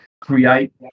Create